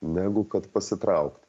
negu kad pasitraukt